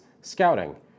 scouting